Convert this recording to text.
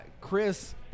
Chris